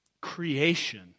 creation